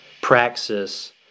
praxis